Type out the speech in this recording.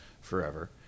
forever